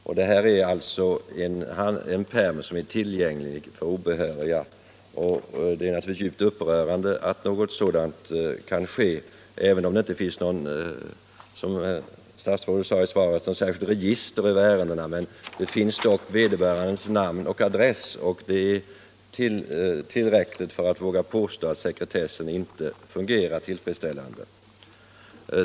Denna pärm är tillgänglig av medicinalpersoför obehöriga, och det är naturligtvis djupt upprörande att något sådant = nal som drabbas av kan förekomma. Även om det, som statsrådet sade i sitt svar, inte finns — psykisk sjukdom något särskilt register över ärendena, så finns dock vederbörandes namn och adress tillgängliga, och detta är tillräckligt för att jag vågar påstå att sekretessen inte fungerar tillfredsställande.